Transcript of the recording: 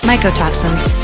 Mycotoxins